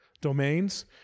domains